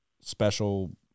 special